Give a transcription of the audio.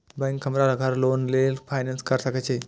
Bank हमरा घर loan के लेल फाईनांस कर सके छे?